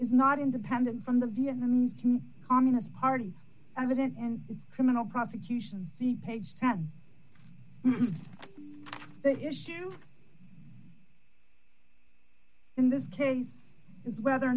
is not independent from the vietnam can communist party evident in its criminal prosecution the page ten the issue in this case is whether or